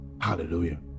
hallelujah